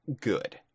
good